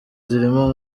zirimo